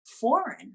foreign